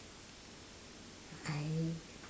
I